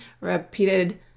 repeated